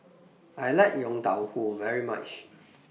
I like Yong Tau Foo very much